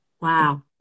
Wow